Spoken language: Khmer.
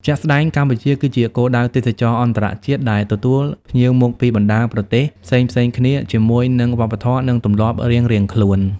ជាក់ស្តែង កម្ពុជាគឺជាគោលដៅទេសចរណ៍អន្តរជាតិ ដែលទទួលភ្ញៀវមកពីបណ្តាប្រទេសផ្សេងៗគ្នាជាមួយនឹងវប្បធម៌ និងទម្លាប់រៀងៗខ្លួន។